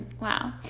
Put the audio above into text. wow